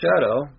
shadow